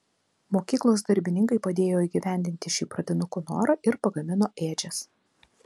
mokyklos darbininkai padėjo įgyvendinti šį pradinukų norą ir pagamino ėdžias